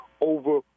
over